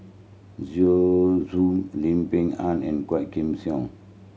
Zhu Xu Lim Peng Han and Quah Kim Song